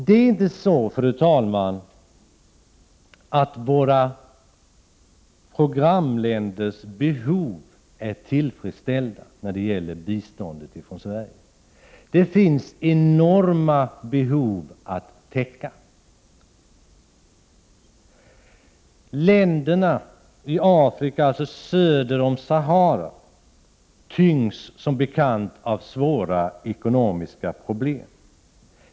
Det är inte så, fru talman, att våra programländers behov är tillfredsställda när det gäller biståndet från Sverige. Det finns nämligen enorma behov att täcka. Länderna söder om Sahara i Afrika tyngs som bekant av svåra ekonomiska problem.